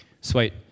Sweet